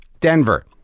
Denver